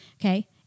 okay